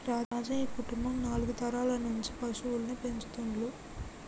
రాజయ్య కుటుంబం నాలుగు తరాల నుంచి పశువుల్ని పెంచుతుండ్లు